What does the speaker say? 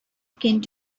came